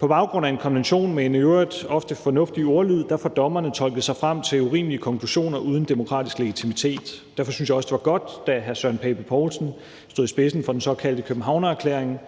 På baggrund af en konvention med en i øvrigt ofte fornuftig ordlyd får dommerne tolket sig frem til urimelige konklusioner uden demokratisk legitimitet. Derfor synes jeg også, det var godt, da hr. Søren Pape Poulsen stod i spidsen for den såkaldte Københavnererklæring